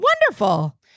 Wonderful